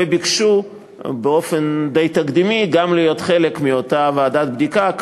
וביקשו באופן די תקדימי גם להיות חלק מאותה ועדת בדיקה,